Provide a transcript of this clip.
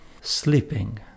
sleeping